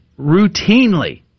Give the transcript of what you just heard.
routinely